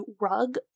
rug